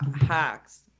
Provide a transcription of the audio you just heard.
hacks